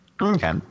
Okay